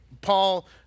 Paul